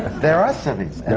there are civvies.